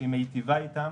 היא מיטיבה איתם